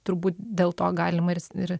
turbūt dėl to galima irs ir